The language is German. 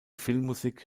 filmmusik